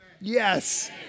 Yes